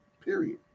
period